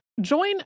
Join